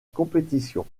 compétition